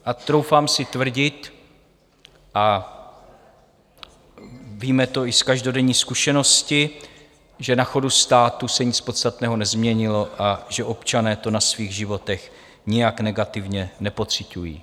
A troufám si tvrdit a víme to i z každodenní zkušenosti, že na chodu státu se nic podstatného nezměnilo a že občané to na svých životech nijak negativně nepociťují.